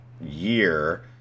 year